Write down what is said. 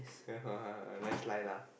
(uh huh) nice lie lah